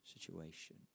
situation